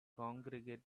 congregate